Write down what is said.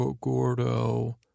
Gordo